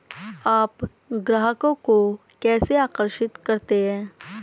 आप ग्राहकों को कैसे आकर्षित करते हैं?